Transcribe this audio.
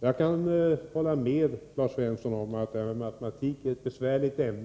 Jag kan hålla med Lars Svensson om att matematik är ett besvärligt ämne.